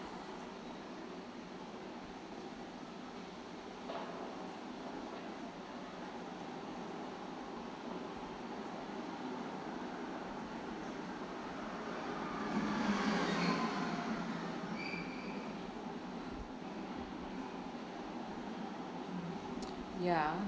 ya